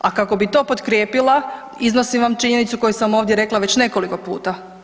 A kako bi to potkrijepila, iznosim vam činjenicu koju sam ovdje rekla već nekoliko puta.